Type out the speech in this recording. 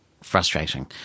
frustrating